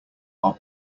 are